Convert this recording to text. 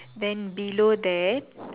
then below that